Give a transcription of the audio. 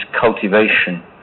cultivation